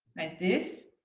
like this